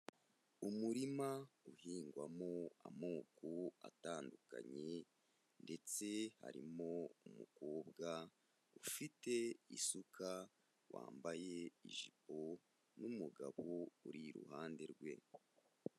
Umurima uhingwamo amoko atandukanye ndetse harimo umukobwa ufite isuka wambaye ijipo n'umugabo uri iruhande rwe.